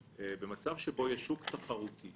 במצב שבו יש שוק תחרותי